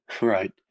right